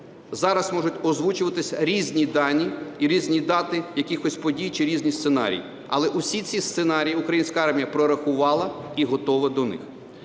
зараз можуть озвучуватися різні дані і різні дати якихось подій чи різні сценарії, але усі ці сценарії українська армія прорахувала і готова до них.